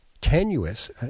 tenuous